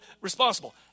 responsible